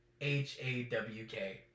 H-A-W-K